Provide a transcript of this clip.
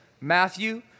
Matthew